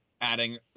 adding